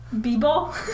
B-ball